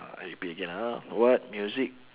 uh I repeat again ah what music